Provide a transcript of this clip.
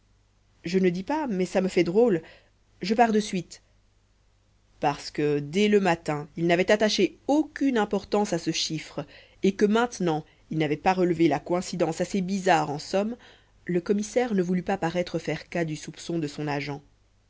je ne dis pas mais ça me fait drôle je pars de suite parce que dès le matin il n'avait attaché aucune importance à ce chiffre et que maintenant il n'avait pas relevé la coïncidence assez bizarre en somme le commissaire ne voulut pas paraître faire cas du soupçon de son agent